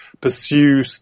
pursue